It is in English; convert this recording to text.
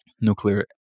nuclear